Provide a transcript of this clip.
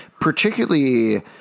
Particularly